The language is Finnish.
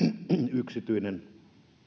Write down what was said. yksityinen